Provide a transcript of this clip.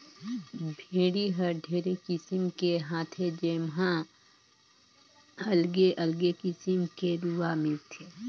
भेड़ी हर ढेरे किसिम के हाथे जेम्हा अलगे अगले किसिम के रूआ मिलथे